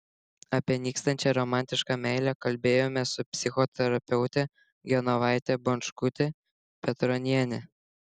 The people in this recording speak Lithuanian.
apie nykstančią romantišką meilę kalbėjomės su psichoterapeute genovaite bončkute petroniene